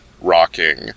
rocking